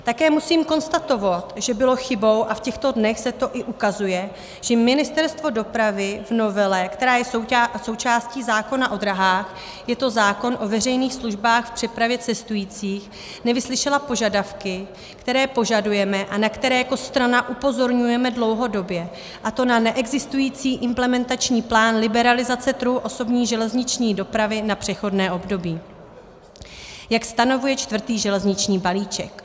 Také musím konstatovat, že bylo chybou, a v těchto dnech se to i ukazuje, že Ministerstvo dopravy v novele, která je součástí zákona o dráhách, je to zákon o veřejných službách v přepravě cestujících, nevyslyšelo požadavky, které požadujeme a na které jako strana upozorňujeme dlouhodobě, a to na neexistující implementační plán liberalizace trhu osobní železniční dopravy na přechodné období, jak stanovuje čtvrtý železniční balíček.